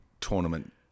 tournament